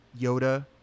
Yoda